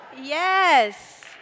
Yes